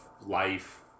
life